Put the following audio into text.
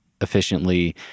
efficiently